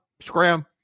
scram